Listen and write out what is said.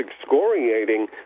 excoriating